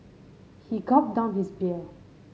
he gulped down his beer